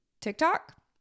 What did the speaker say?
TikTok